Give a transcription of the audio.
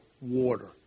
water